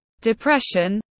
depression